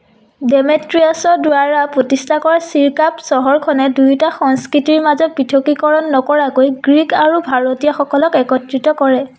ডেমেট্ৰিয়াছৰ দ্বাৰা প্ৰতিষ্ঠা কৰা চিৰকাপ চহৰখনে দুয়োটা সংস্কৃতিৰ মাজত পৃথকীকৰণ নকৰাকৈ গ্ৰীক আৰু ভাৰতীয়সকলক একত্ৰিত কৰে